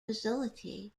facility